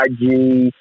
IG